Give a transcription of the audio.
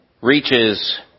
reaches